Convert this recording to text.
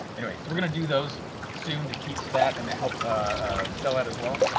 anyway, so we're gonna do those soon to teach that and to help ah sell that as well.